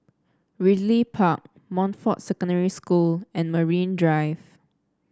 Ridley Park Montfort Secondary School and Marine Drive